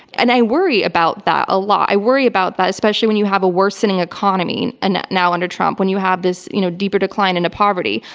and i worry about that a lot. i worry about that, especially when you have a worsening economy. and now under trump, when you have this you know deeper decline into poverty,